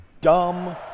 dumb